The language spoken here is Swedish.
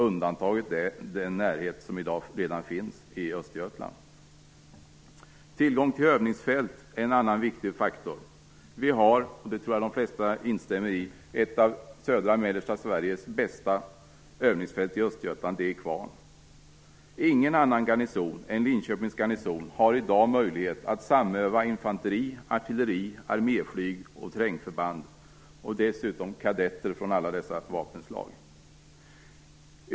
Undantaget är den närhet som i dag redan finns i Östergötland. Tillgång till övningsfält är en annan viktig faktor. Vi har - och det tror jag att de flesta instämmer i - ett av södra och mellersta Sveriges bästa övningsfält i Östergötland, det som ligger i Kvarn. Ingen annan garnison än Linköpings garnison har i dag möjlighet att samöva infanteri, artilleri, arméflyg och terrängförband med kadetter från alla dessa vapenslag.